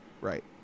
Right